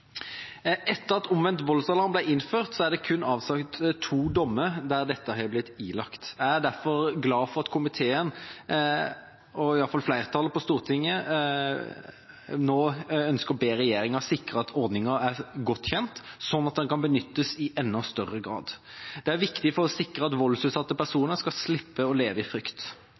Etter at omvendt voldsalarm ble innført, er det kun avsagt to dommer der dette har blitt ilagt. Jeg er derfor glad for at komiteen og flertallet på Stortinget nå ønsker å be regjeringa sikre at ordninga er godt kjent, slik at den kan benyttes i enda større grad. Det er viktig for å sikre at voldsutsatte